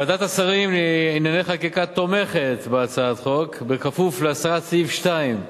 ועדת השרים לענייני חקיקה תומכת בהצעת החוק כפוף להסרת סעיף 2,